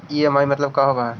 EMI मतलब का होब हइ?